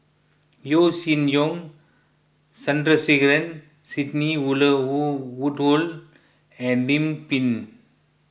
Yeo Shih Yun Sandrasegaran Sidney Woodhull and Lim Pin